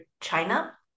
China